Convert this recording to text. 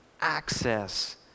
access